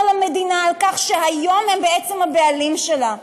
למדינה על כך שהיום הם בעצם הבעלים שלה.